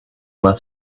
left